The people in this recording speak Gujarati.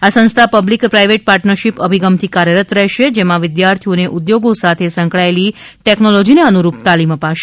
આ સંસ્થા પબ્લીક પ્રાઇવેટ પાર્ટનરશીપ અભિગમથી કાર્યરત રહેશે જેમાં વિદ્યાર્થીઓને ઉધોગો સાથે સંકળાયેલી ટેકનોલોજી ને અનુરૂપ તાલીમ અપાશે